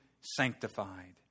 sanctified